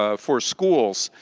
ah for schools.